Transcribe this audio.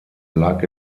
lag